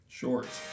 short